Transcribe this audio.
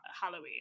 Halloween